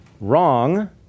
Wrong